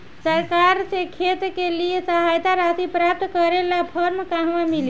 सरकार से खेत के लिए सहायता राशि प्राप्त करे ला फार्म कहवा मिली?